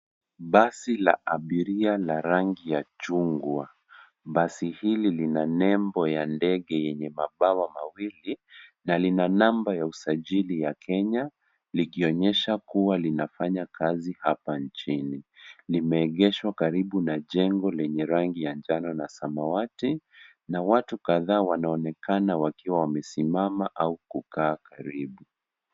Basi la abiria la rangi ya chungwa. Basi hili lina nembo ya ndege yenye mabawa mawili na lina namba ya usajili ya Kenya likionyesha kuwa linafanya kazi hapa nchini. Limeegeshwa karibu na jengo lenye rangi ya njano na samawati na watu kadhaa wanaonekana wakiwa wamesimama au kukaa karibu.